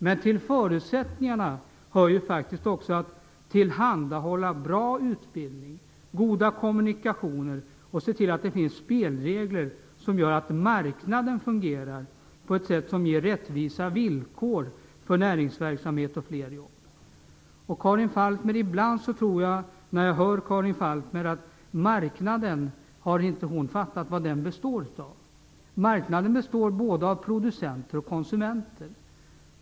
Men till förutsättningarna hör ju faktiskt också att tillhandahålla bra utbildning, goda kommunikationer och se till att det finns spelregler som gör att marknaden fungerar på ett sätt som ger rättvisa villkor för näringsverksamhet och fler jobb. Ibland när jag hör Karin Falkmer tror jag att hon inte har fattat vad marknaden består av. Marknaden består både av producenter och konsumenter.